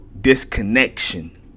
disconnection